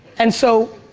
and so,